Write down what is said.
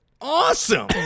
awesome